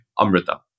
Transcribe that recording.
Amrita